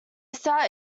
sat